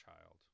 child